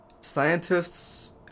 Scientists